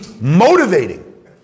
motivating